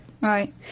right